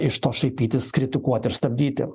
iš to šaipytis kritikuot ir stabdyti